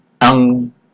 ang